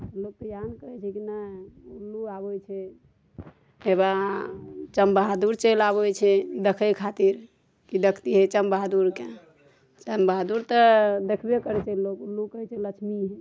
लोक तऽ इहए ने कहै छै जे कि नहि उल्लू आबै छै तऽ हे या चमगादुर चलि आबै छै देखै खातिर कि देखतियै चमगादुरके चमगादुर तऽ देखबे करै छै लोक उल्लू कहै छै लक्ष्मी होइ छै